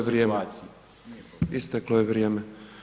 Isteklo je vrijeme.